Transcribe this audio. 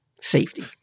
safety